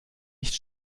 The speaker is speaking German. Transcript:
nicht